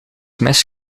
mis